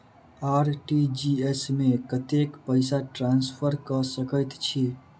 RTGS मे कतेक पैसा ट्रान्सफर कऽ सकैत छी?